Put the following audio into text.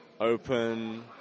open